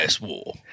war